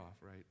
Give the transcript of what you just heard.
right